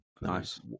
Nice